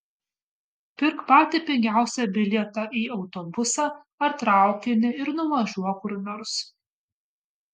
pirk patį pigiausią bilietą į autobusą ar traukinį ir nuvažiuok kur nors